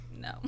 No